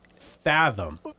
fathom